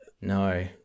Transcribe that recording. No